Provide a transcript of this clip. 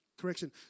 correction